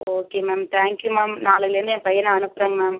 okay ma'am thank you ma'am நாளையிலேந்து என் பையனை அனுப்புறேங்க மேம்